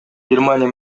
германия